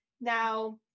Now